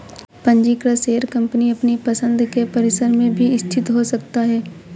पंजीकृत share company अपनी पसंद के परिसर में भी स्थित हो सकता है